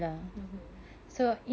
mmhmm